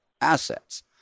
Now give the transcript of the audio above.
assets